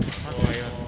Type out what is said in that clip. fast buyer